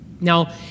Now